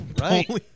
Right